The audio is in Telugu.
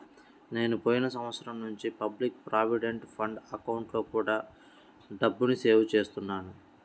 నేను పోయిన సంవత్సరం నుంచి పబ్లిక్ ప్రావిడెంట్ ఫండ్ అకౌంట్లో కూడా డబ్బుని సేవ్ చేస్తున్నాను